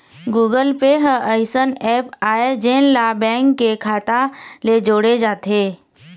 Google Pay ह अइसन app आय जेन ला बेंक के खाता ले जोड़े जाथे